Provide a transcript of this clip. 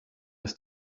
ist